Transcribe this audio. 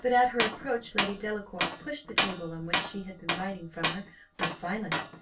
but, at her approach, lady delacour pushed the table on which she had been writing from her with violence,